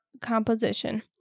composition